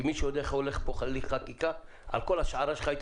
כי מי שיודע איך הולך פה הליך חקיקה בכל השערה שלך היית